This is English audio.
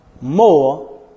more